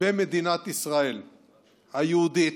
במדינת ישראל היהודית,